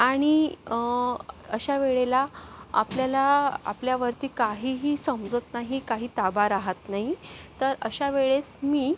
आणि अशावेळेला आपल्याला आपल्यावरती काहीही समजत नाही काही ताबा रहात नाही तर अशावेळेस मी